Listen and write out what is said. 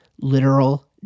literal